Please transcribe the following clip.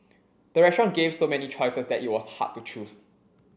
the restaurant gave so many choices that it was hard to choose